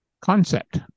concept